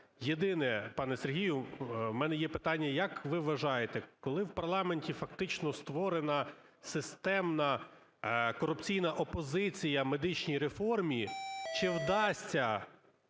Єдине, пане Сергію. В мене є питання. Як ви вважаєте, коли в парламенті фактично створена системна корупційна опозиція медичній реформі, чи вдасться